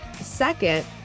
Second